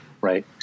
right